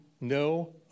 no